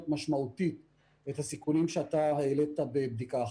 משמעותית את הסיכונים שאתה העלית בבדיקה אחת.